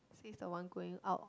she is the one going out